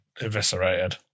eviscerated